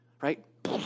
right